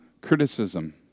criticism